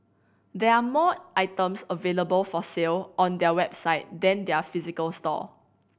there are more items available for sale on their website than their physical store